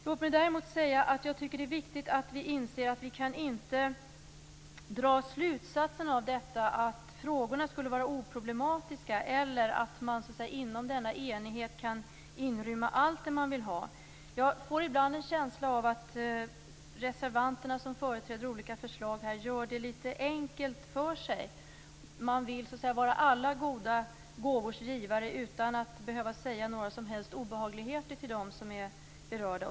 Låt mig däremot säga att jag tycker att det är viktigt att vi inser att vi inte kan dra slutsatsen av detta att frågorna skulle var oproblematiska eller att man inom denna enighet kan inrymma allt det man vill ha. Jag får ibland en känsla av att reservanterna som företräder olika förslag gör det litet enkelt för sig. Man vill så att säga vara alla goda gåvors givare utan att behöva säga några som helst obehagligheter till dem som är berörda.